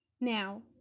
now